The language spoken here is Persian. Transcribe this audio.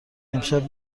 امشب